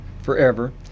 forever